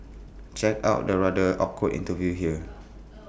check out the rather awkward interview here